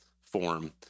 form